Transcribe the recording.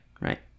right